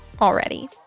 already